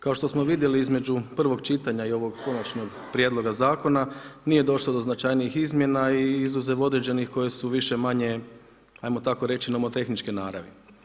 Kao što smo vidjeli između prvog čitanja i ovog konačnog prijedloga zakona nije došlo do značajnijih izmjena i izuzev određenih koje su više-manje hajmo tako reći nomotehničke naravi.